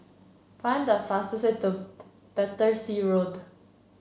find the fastest way to Battersea Road